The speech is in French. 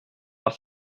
par